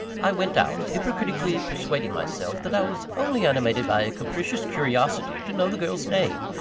i went out, hypocritically persuading myself, that i was only animated by a capricious curiosity to know the girl's name,